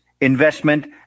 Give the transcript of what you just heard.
investment